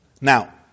Now